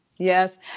Yes